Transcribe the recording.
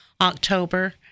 October